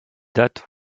dates